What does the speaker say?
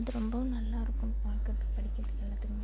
அது ரொம்பவும் நல்லாயிருக்கும் பார்க்கறத்துக்கு படிக்கிறதுக்கு எல்லாத்துக்குமே